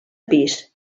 pis